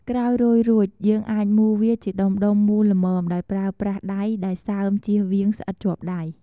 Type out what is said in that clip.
ក្រោយរោយរួចយើង អាចមូរវាជាដុំៗមូលល្មមដោយប្រើប្រាស់ដៃដែលសើមជៀសវៀងស្អិតជាប់ដៃរ។